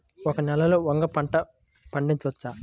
బంక నేలలో వంగ పంట పండించవచ్చా?